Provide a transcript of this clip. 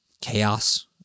chaos